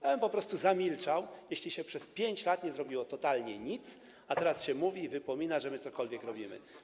Ja bym po prostu zamilczał, jeśli się przez 5 lat nie zrobiło totalnie nic, a teraz się wypomina, że my cokolwiek robimy.